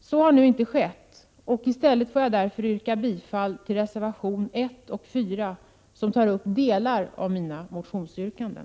Så har nu inte skett, varför jag i stället får yrka bifall till reservationerna 1 och 4, vilka tar upp delar av mina motionsyrkanden.